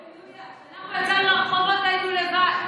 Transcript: כשאנחנו יצאנו לרחובות היינו לבד,